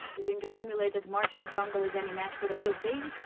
you think a simulated martian jungle is any match for the real thing?